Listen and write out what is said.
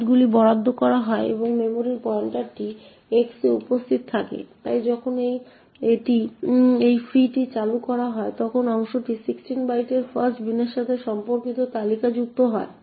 বাইটগুলি বরাদ্দ করা হয় এবং সেই মেমরির পয়েন্টারটি x এ উপস্থিত থাকে তাই যখন এই ফ্রিটি চালু করা হয় তখন অংশটি 16 বাইটের ফাস্ট বিনের সাথে সম্পর্কিত লিঙ্ক তালিকায় যুক্ত হয়